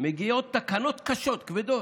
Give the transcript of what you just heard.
מגיעות תקנות קשות, כבדות,